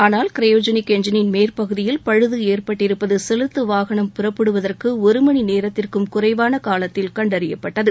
ஆனால் கிரயோஜினிக் எஞ்சினின் மேற்பகுதியில் பழுது ஏற்பட்டிருப்பது செலுத்து வாகனம் புறப்படுவதற்கு ஒரு மணி நேரத்திற்கும் குறைவான காலத்தில் கண்டறியப்பட்டது